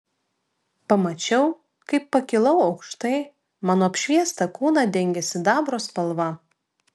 pamačiau kaip pakilau aukštai mano apšviestą kūną dengė sidabro spalva